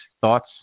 Thoughts